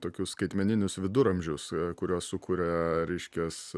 tokius skaitmeninius viduramžius kuriuos sukuria reiškias